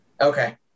Okay